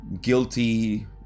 guilty